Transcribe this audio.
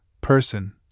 person